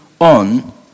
on